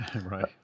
Right